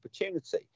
opportunity